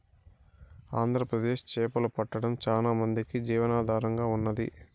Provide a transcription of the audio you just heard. ఆంధ్రప్రదేశ్ చేపలు పట్టడం చానా మందికి జీవనాధారంగా ఉన్నాది